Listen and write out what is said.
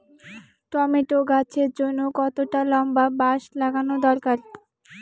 Tomato গাছের জন্যে কতটা লম্বা বাস লাগানো দরকার?